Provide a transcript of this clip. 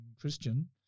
Christian